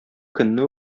көнне